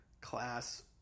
class